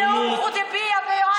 אני זוכרת את נאום חודייביה ביוהנסבורג,